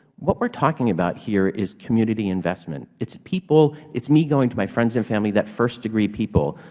what we're talking about here is community investment. it's people, it's me going to my friends and family, that first degree people.